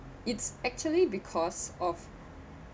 it's actually because of